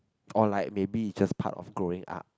or like maybe it's just part of growing up